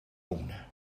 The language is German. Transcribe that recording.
bohne